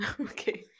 Okay